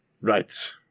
Right